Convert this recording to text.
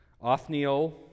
Othniel